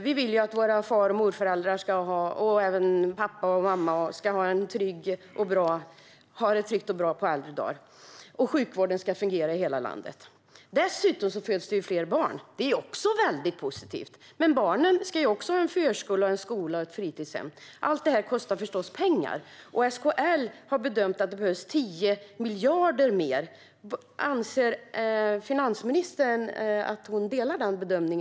Vi vill ju att våra far och morföräldrar och även mammor och pappor ska ha det tryggt och bra på äldre dar och att sjukvården ska fungera i hela landet. Dessutom föds det fler barn. Det är också väldigt positivt. Men barnen behöver ju ha förskola, skola och fritidshem, och allt detta kostar förstås pengar. SKL har bedömt att det behövs 10 miljarder mer. Delar finansministern SKL:s bedömning?